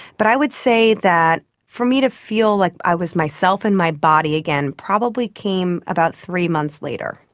but i would say that for me to feel like i was myself in my body again probably came about three months later.